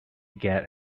get